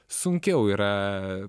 sunkiau yra